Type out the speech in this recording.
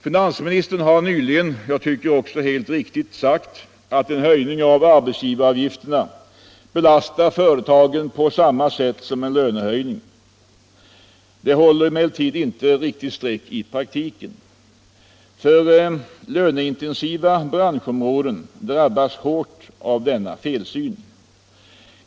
Finansministern har nyligen sagt att en höjning av arbetsgivaravgifterna belastar företagen på samma sätt som en lönehöjning. Detta håller emellertid inte riktigt streck i praktiken. Löneintensiva branschområden drabbas hårt av denna felsyn.